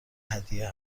هدیه